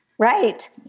Right